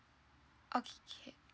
okay can